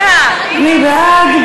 מי בעד?